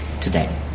today